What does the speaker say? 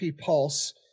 pulse